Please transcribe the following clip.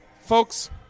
Folks